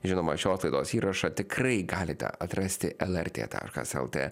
žinoma šios laidos įrašą tikrai galite atrasti lrt taškas lt